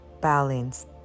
balance